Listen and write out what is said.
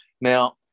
now